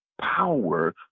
power